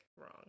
wrong